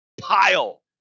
pile